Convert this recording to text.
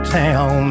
town